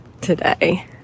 today